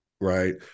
right